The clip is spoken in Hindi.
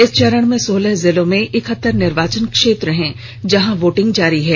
इस चरण में सोलह जिलों में इकहत्तर निर्वाचन क्षेत्र हैं जहां वोटिंग जारी है